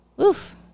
Oof